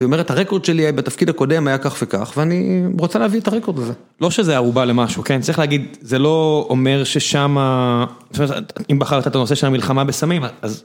ואומרת הרקורד שלי בתפקיד הקודם היה כך וכך, ואני רוצה להביא את הרקורד הזה. לא שזה ערובה למשהו, כן? צריך להגיד, זה לא אומר ששם... אם בחרת את הנושא של המלחמה בסמים, אז...